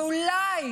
ואולי,